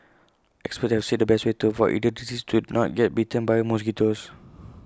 experts have said the best way to avoid either disease is to not get bitten by mosquitoes